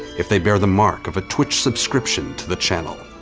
if they bear the mark of a twitch subscription to the channel.